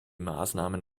maßnahmen